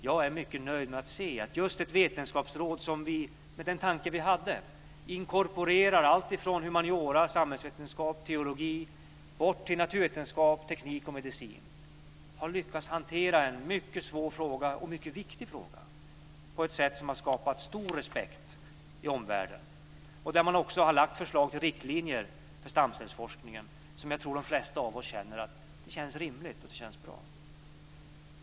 Jag är mycket nöjd med att se att ett vetenskapsråd, som inkorporerar alltifrån humaniora, samhällsvetenskap och teologi bort till naturvetenskap, teknik och medicin, har lyckats hantera en mycket svår och mycket viktig fråga på ett sätt som har skapat stor respekt i omvärlden. Man har också lagt fram ett förslag till riktlinjer för stamcellsforskningen, som jag tror att de flesta av oss tycker känns rimligt och bra.